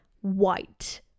white